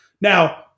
Now